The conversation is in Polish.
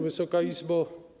Wysoka Izbo!